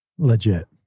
Legit